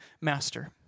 master